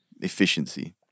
efficiency